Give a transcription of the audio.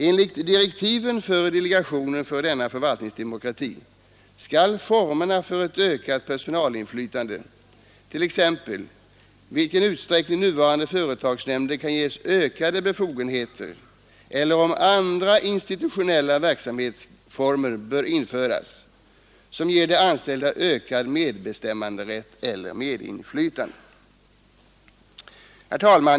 Enligt direktiven för delegationen för förvaltningsdemokrati bör man pröva formerna för ett ökat personalinflytande, t.ex. i vilken utsträckning nuvarande företagsnämnder kan ges ökade befogenheter eller om andra institutionella verksamhetsformer bör införas som ger de anställda ökad medbestämmanderätt eller medinflytande. Herr talman!